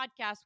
podcast